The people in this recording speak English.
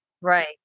Right